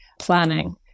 planning